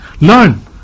Learn